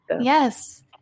Yes